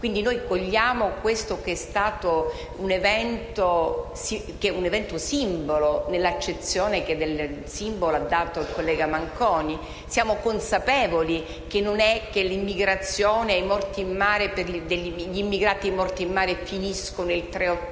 quindi noi cogliamo quello che è stato un evento simbolo, nell'accezione che del simbolo ha dato il collega Manconi. Siamo consapevoli che gli immigrati morti in mare non finiscono il 3 ottobre